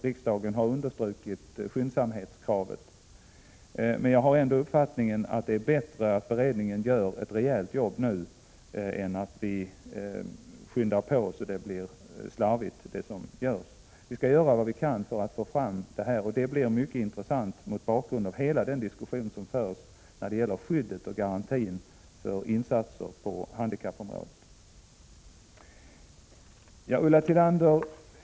Riksdagen har understrukit skyndsamhetskravet. Min uppfattning är ändå att det är bättre att beredningen gör ett rejält jobb än att den påskyndar det så att det blir slarvigt gjort. Vi skall göra vad vi kan för att få fram ett resultat av arbetet, och det blir mycket intressant mot bakgrund av hela den diskussion som förs om skyddet och garantin för insatser på handikappområdet. Ulla Tillander!